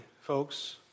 folks